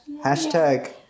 hashtag